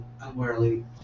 unwarily